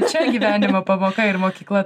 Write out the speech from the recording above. čia gyvenimo pamoka ir mokykla